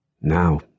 Now